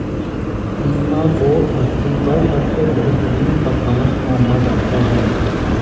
Pima को धरती पर सबसे बेहतरीन कपास माना जाता है